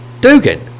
Dugan